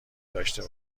داشته